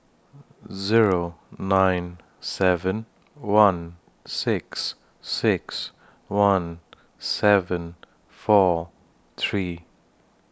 Zero nine seven one six six one seven four three